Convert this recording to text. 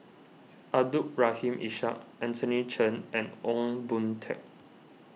Abdul Rahim Ishak Anthony Chen and Ong Boon Tat